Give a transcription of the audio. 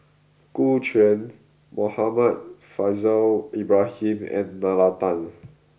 Gu Juan Muhammad Faishal Ibrahim and Nalla Tan